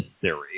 theory